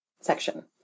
section